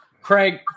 Craig